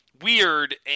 Weird